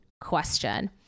question